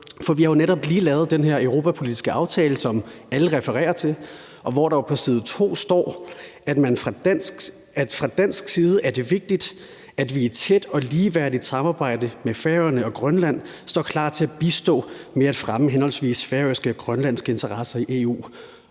for vi har jo netop lige lavet den her europapolitiske aftale, som alle refererer til, hvor der på side 2 står, at fra dansk side er det vigtigt, at vi i et tæt og ligeværdigt samarbejde med Færøerne og Grønland står klar til at bistå med at fremme henholdsvis færøske og grønlandske interesser i EU,